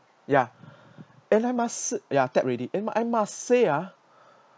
yeah and I must s~ ya tap ready and I must say ah